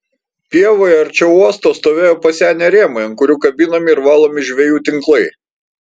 pievoje arčiau uosto stovėjo pasenę rėmai ant kurių kabinami ir valomi žvejų tinklai